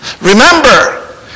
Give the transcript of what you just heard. Remember